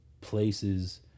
places